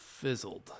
fizzled